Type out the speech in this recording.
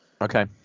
Okay